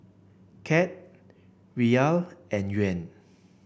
CAD Riyal and Yuan